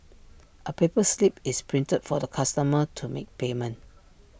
A paper slip is printed for the customer to make payment